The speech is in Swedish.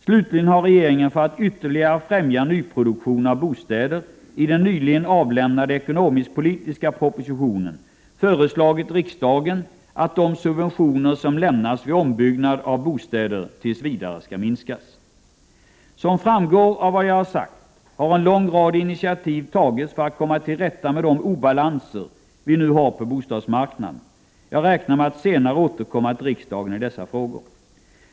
Slutligen har regeringen för att ytterligare främja nyproduktion av bostäder i den nyligen avlämnade ekonomisk-politiska propositionen föreslagit riksdagen att de subventioner som lämnas vid ombyggnad av bostäder tills vidare skall minskas. Som framgår av vad jag har sagt har en lång rad initiativ tagits för att vi skall komma till rätta med de obalanser vi nu har på bostadsmarknaden. Jag räknar med att senare återkomma till riksdagen i dessa frågor.